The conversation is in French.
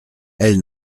elle